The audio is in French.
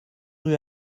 rue